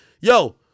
Yo